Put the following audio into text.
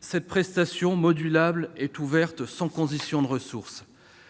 Cette prestation modulable est ouverte sans condition de ressources.